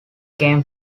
came